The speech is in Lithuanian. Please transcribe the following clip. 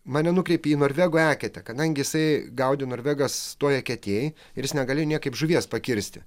mane nukreipė į norvegų eketę kadangi jisai gaudė norvegas toj eketėj ir jis negalėjo niekaip žuvies pakirsti